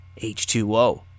H2O